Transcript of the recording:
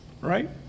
right